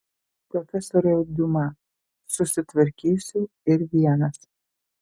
profesoriau diuma susitvarkysiu ir vienas